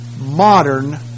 modern